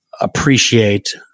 appreciate